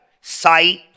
sight